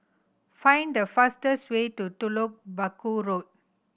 find the fastest way to Telok Paku Road